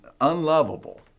unlovable